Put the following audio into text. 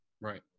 Right